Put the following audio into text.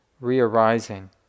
re-arising